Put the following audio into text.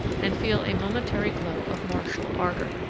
and feel a momentary glow of martial ardor.